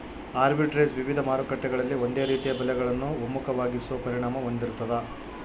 arbitrage ವಿವಿಧ ಮಾರುಕಟ್ಟೆಗಳಲ್ಲಿ ಒಂದೇ ರೀತಿಯ ಬೆಲೆಗಳನ್ನು ಒಮ್ಮುಖವಾಗಿಸೋ ಪರಿಣಾಮ ಹೊಂದಿರ್ತಾದ